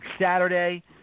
Saturday